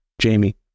jamie